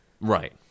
Right